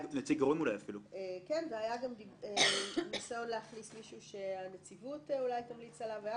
היה ניסיון להכניס מישהו שאולי הנציבות תמליץ עליו.